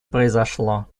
произошло